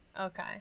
Okay